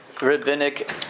rabbinic